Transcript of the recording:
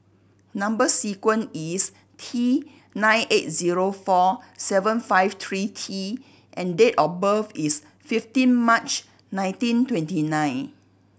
number sequence is T nine eight zero four seven five three T and date of birth is fifteen March nineteen twenty nine